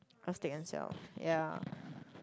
just take and sell ya